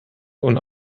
und